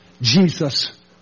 Jesus